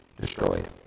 destroyed